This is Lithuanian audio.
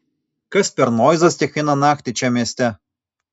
kas per noizas kiekvieną naktį čia mieste